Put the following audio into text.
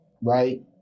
right